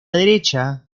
derecha